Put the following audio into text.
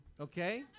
Okay